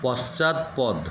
পশ্চাৎপদ